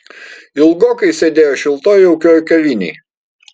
ilgokai sėdėjo šiltoj jaukioj kavinėj